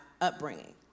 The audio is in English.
upbringing